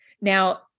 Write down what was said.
Now